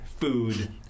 food